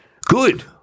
Good